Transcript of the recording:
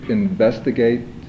investigate